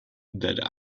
that